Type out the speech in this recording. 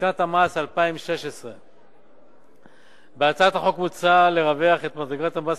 משנת המס 2016. בהצעת החוק מוצע לרווח את מדרגת המס